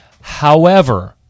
however-